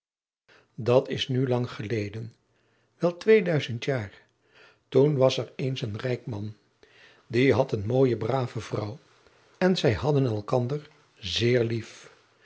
dat is nu al lang geleden wel tweeduizend jaar toen was er eens een rijk man die had een mooie brave vrouw en zij hadden elkaâr zeer lief